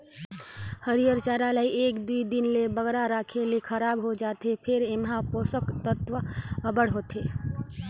हयिर चारा ल एक दुई दिन ले बगरा राखे ले खराब होए जाथे फेर एम्हां पोसक तत्व अब्बड़ होथे